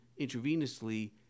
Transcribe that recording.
intravenously